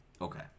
Okay